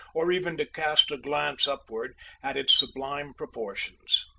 or even to cast a glance upwards at its sublime proportions.